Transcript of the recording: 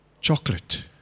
chocolate